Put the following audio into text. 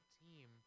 team